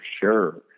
sure